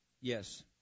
yes